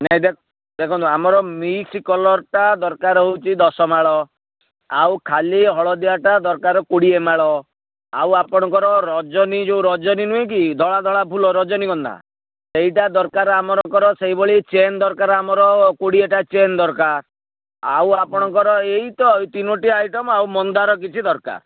ନାହିଁ ଦେଖନ୍ତୁ ଆମର ମିକ୍ସ କଲରଟା ଦରକାର ହେଉଛି ଦଶ ମାଳ ଆଉ ଖାଲି ହଳଦିଆଟା ଦରକାର କୋଡ଼ିଏ ମାଳ ଆଉ ଆପଣଙ୍କ ରଜନୀ ଯେଉଁ ରଜନୀ ନୁହେଁ କି ଧଳା ଧଳା ଫୁଲ ରଜନୀ ଗନ୍ଧା ସେଇଟା ଦରକାର ଆମରଙ୍କର ସେଇଭଳି ଚେନ୍ ଦରକାର ଆମର କୋଡ଼ିଏଟା ଚେନ୍ ଦରକାର ଆଉ ଆପଣଙ୍କର ଏଇତ ଏଇ ତିନୋଟି ଆଇଟମ୍ ଆଉ ମନ୍ଦାର କିଛି ଦରକାର